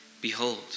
Behold